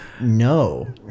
no